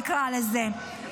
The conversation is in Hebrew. נקרא לזה,